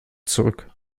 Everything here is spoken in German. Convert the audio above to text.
zurück